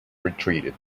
retreated